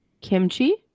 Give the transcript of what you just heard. Kimchi